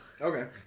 Okay